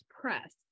press